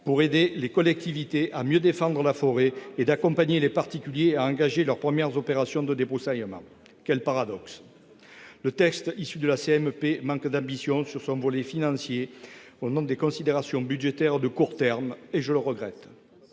pour aider les collectivités à mieux défendre la forêt et à accompagner les particuliers à engager leurs premières opérations de débroussaillement. Quel paradoxe ! Le texte issu de la commission mixte paritaire manque d'ambition sur son volet financier au nom de considérations budgétaires de court terme. Je le regrette.